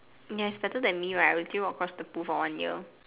ya it's better than me right I will swim across the pool for one year